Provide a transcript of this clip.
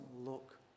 look